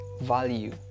value